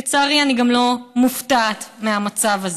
לצערי, אני גם לא מופתעת מהמצב הזה.